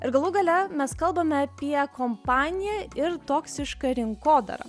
ir galų gale mes kalbame apie kompaniją ir toksišką rinkodarą